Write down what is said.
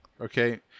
okay